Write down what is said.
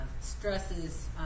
stresses